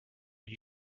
did